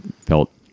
felt